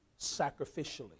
sacrificially